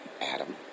Adam